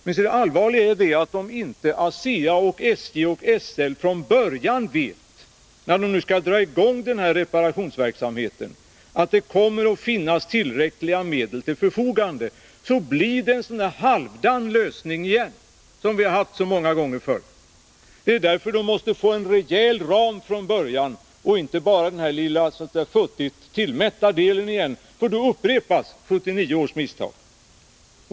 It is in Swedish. Men det allvarliga är att om inte ASEA, SJ och SL från början vet — när de nu skall dra i gång den här reparationsverksamheten — att det kommer att finnas tillräckliga medel till förfogande, så blir det en sådan halvdan lösning igen som vi har haft så många gånger förr. Man måste få en rejäl ram från början — och inte bara den här futtigt tillmätta delen, för då upprepas 1979 års misstag.